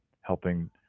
helping